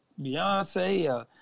Beyonce